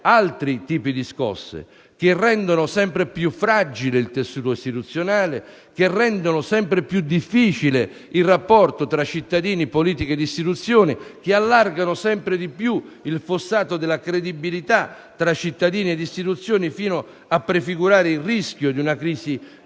altri tipi di scosse, che rendono sempre più fragile il tessuto istituzionale, che rendono sempre più difficile il rapporto tra cittadini, politica ed istituzioni, che allargano sempre di più il fossato della credibilità tra cittadini ed istituzioni fino a prefigurare il rischio di una crisi